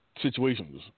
situations